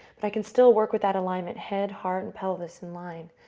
but i can still work with that alignment head, heart, and pelvis in line.